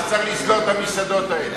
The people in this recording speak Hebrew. אז צריך לסגור את המסעדות האלה.